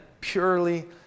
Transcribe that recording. purely